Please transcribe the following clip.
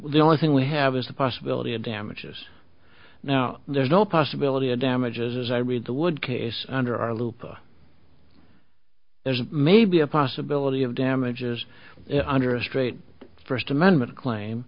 the only thing we have is the possibility of damages now there's no possibility of damages as i read the would case under our lupa there's maybe a possibility of damages under a straight first amendment claim